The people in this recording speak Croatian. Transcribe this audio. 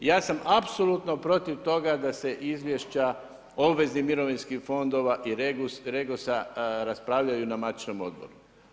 Ja sam apsolutno protiv toga, da se izvješća obveznih mirovinskih fondova i REGOS-a raspravljaju na matičnom odboru.